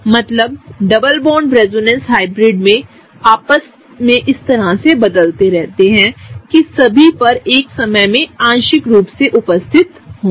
मतलब double bond resonance हाइब्रिडमेंआपसमेंइस तरह बदलते रहते हैं कि सभी पर एक समय में आंशिक रूप से उपस्थित होंगे